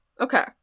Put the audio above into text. Okay